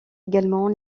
également